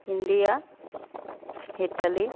India Italy